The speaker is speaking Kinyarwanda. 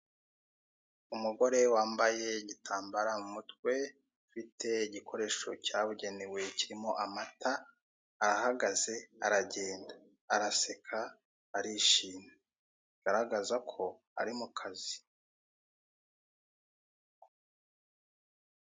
Umugore wambaye igitambara mu mutwe ufite igikoresho cyabugenewe kirimo amata arahagaze, aragenda, araseka, arishimye bigaragaza ko ari mu kazi.